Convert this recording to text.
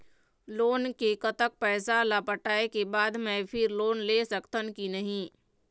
Loan के कतक पैसा ला पटाए के बाद मैं फिर लोन ले सकथन कि नहीं?